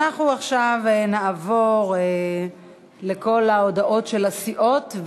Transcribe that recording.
אנחנו נעבור עכשיו לכל ההודעות של הסיעות.